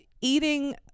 eating